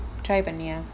tried பண்ணியா:panniyaa